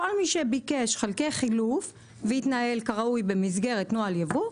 כל מי שביקש חלקי חילוף והתנהל כראוי במסגרת נוהל יבוא,